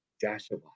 Joshua